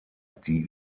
die